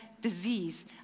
disease